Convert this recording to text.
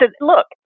look